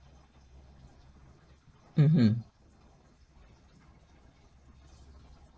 mmhmm